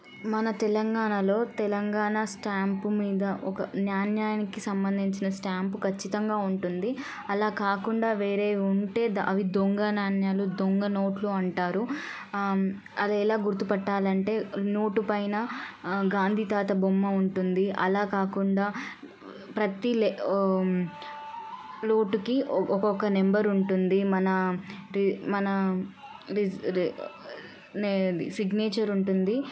మన తెలంగాణలో తెలంగాణ స్టాంపు మీద ఒక న్యాణ్యానికి సంబంధించిన స్టాంపు ఖచ్చితంగా ఉంటుంది అలా కాకుండా వేరే ఉంటే అవి దొంగ నాణ్యాలు దొంగ నోట్లు అంటారు అది ఎలా గుర్తుపట్టాలంటే నోటు పైన గాంధీ తాత బొమ్మ ఉంటుంది అలా కాకుండా ప్రతీ నోటుకి ఒక్కొక్క నెంబర్ ఉంటుంది మన రి మన సిగ్నేచర్ ఉంటుంది